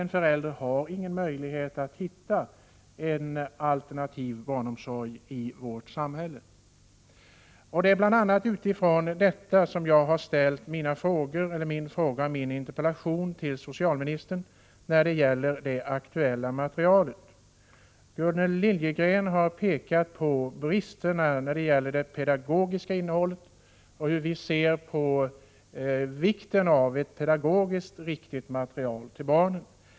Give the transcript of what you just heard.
En förälder har ju ingen möjlighet att hitta en alternativ barnomsorg i vårt samhälle. Det är bl.a. mot den bakgrunden jag har ställt min interpellation och min fråga till socialministern om det aktuella materialet. Gunnel Liljegren har pekat på bristerna i materialets pedagogiska innehåll och klargjort hur vi ser på vikten av ett pedagogiskt riktigt material för barnen.